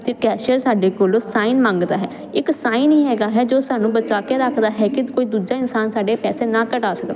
ਅਤੇ ਕੈਸ਼ੀਅਰ ਸਾਡੇ ਕੋਲੋਂ ਸਾਈਨ ਮੰਗਦਾ ਹੈ ਇੱਕ ਸਾਈਨ ਹੀ ਹੈਗਾ ਹੈ ਜੋ ਸਾਨੂੰ ਬਚਾ ਕੇ ਰੱਖਦਾ ਹੈ ਕਿ ਕੋਈ ਦੂਜਾ ਇਨਸਾਨ ਸਾਡੇ ਪੈਸੇ ਨਾ ਕਢਾ ਸਕੇ